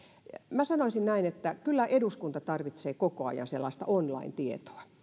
minä sanoisin näin että kyllä eduskunta tarvitsee koko ajan sellaista online tietoa